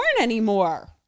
anymore